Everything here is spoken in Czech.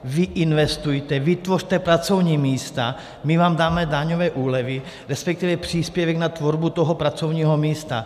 Vy investujte, vytvořte pracovní místa, my vám dáme daňové úlevy, respektive příspěvek na tvorbu toho pracovního místa.